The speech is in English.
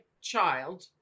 child